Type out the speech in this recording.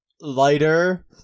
lighter